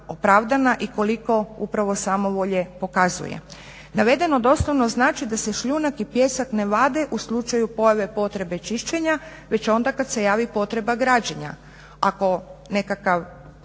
i koliko upravo samovolje pokazuje. Navedeno doslovno znači da se šljunak i pijesak ne vade u slučaju pojave potrebe čišćenja, već onda kad se javi potreba građenja.